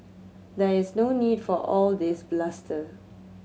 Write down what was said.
there is no need for all this bluster